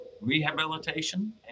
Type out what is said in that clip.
rehabilitation